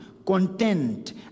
Content